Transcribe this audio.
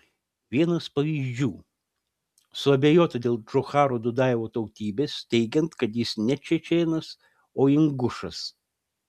vienas pavyzdžių suabejota dėl džocharo dudajevo tautybės teigiant kad jis ne čečėnas o ingušas